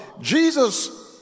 Jesus